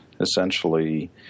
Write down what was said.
essentially